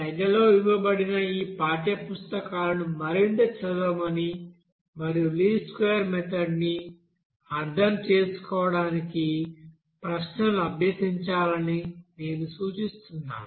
స్లైడ్లలో ఇవ్వబడిన ఈ పాఠ్యపుస్తకాలను మరింత చదవమని మరియు లీస్ట్ స్క్వేర్ మెథడ్ ని అర్థం చేసుకోవడానికి ప్రశ్నలను అభ్యసించాలని నేను సూచిస్తున్నాను